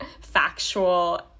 Factual